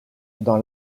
dans